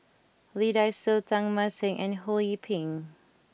Lee Dai Soh Teng Mah Seng and Ho Yee Ping